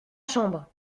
chambre